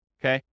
okay